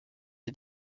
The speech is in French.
est